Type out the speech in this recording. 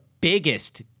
biggest